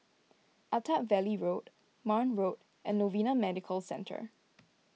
Attap Valley Road Marne Road and Novena Medical Centre